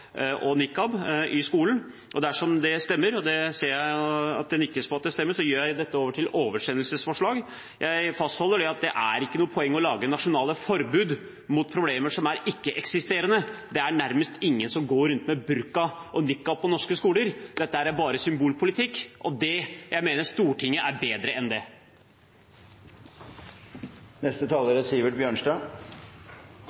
og nikab i skolen. Dersom det stemmer – og det ser jeg at det nikkes til – gjør jeg forslaget om til et oversendelsesforslag. Jeg fastholder at det ikke er noe poeng å lage noen nasjonale forbud mot problemer som er ikke-eksisterende. Det er nærmest ingen som går rundt med burka og nikab på norske skoler. Dette er bare symbolpolitikk, og jeg mener Stortinget er bedre enn det.